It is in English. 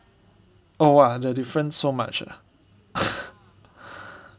oh !wah! the difference so much ah